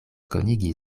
konigi